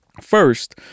First